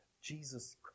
Jesus